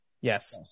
Yes